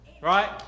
Right